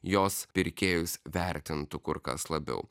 jos pirkėjus vertintų kur kas labiau